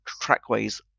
trackways